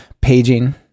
paging